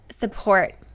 support